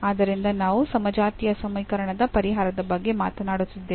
ಆದ್ದರಿಂದ ನಾವು ಸಮಜಾತೀಯ ಸಮೀಕರಣದ ಪರಿಹಾರದ ಬಗ್ಗೆ ಮಾತನಾಡುತ್ತಿದ್ದೇವೆ